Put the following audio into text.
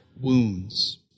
wounds